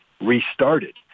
restarted